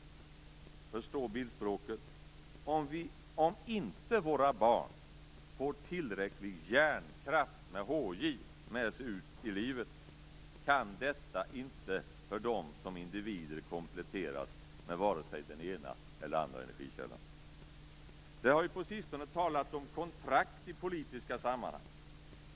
Förstå bildspråket! Om inte våra barn får tillräcklig hjärnkraft med sig ut i livet, kan detta inte för dem som individer kompletteras med vare sig den ena eller den andra energikällan. Det har ju på sistone talats om kontrakt i politiska sammanhang.